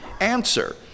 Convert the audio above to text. answer